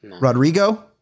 Rodrigo